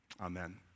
Amen